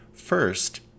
First